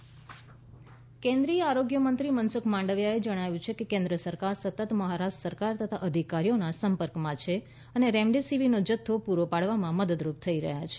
Mandaviya remdesivir કેન્દ્રિય આરોગ્ય મંત્રી મનસુખ માંડવિયાએ જણાવ્યું છે કે કેન્દ્ર સરકાર સતત મહારાષ્ટ્ર સરકાર તથા અધિકારીઓના સંપર્કમાં છે અને રેમડેસીવીરનો જથ્થો પ્રરો પાડવામાં મદદરૂપ થઇ રહ્યા છે